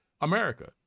America